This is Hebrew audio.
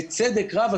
בצדק רב,